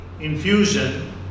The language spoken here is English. infusion